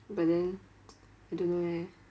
but then I don't know eh